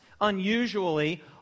Unusually